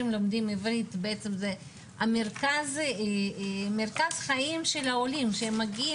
לומדים עברית בעצם זה מרכז החיים של העולים שהם מגיעים,